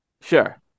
sure